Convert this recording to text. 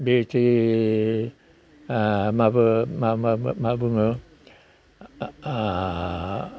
बेदि मा बुङो